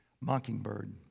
Mockingbird